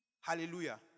Hallelujah